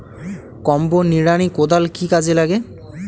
Combo নিড়ানি কোদাল কি কাজে লাগে?